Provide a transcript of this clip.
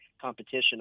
competition